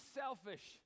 selfish